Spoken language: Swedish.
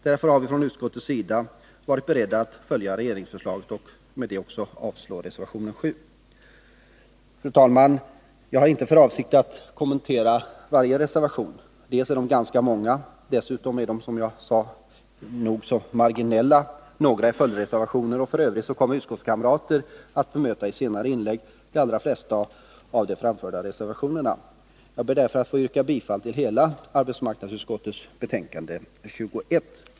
Därför är vi från utskottet beredda att följa regeringsförslaget och avstyrka reservation åå Fru talman! Jag har inte för avsikt att kommentera varje reservation. De är ganska många, flera är nog så marginella och dessutom är några följdreservationer. F. ö. kommer utskottskamrater i senare inlägg att bemöta de allra flesta av de framförda reservationerna. Jag ber därför att få yrka bifall till arbetsmarknadsutskottets hela hemställan i betänkande 21.